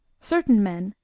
certain men,